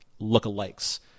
lookalikes